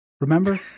Remember